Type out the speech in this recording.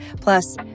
plus